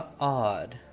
odd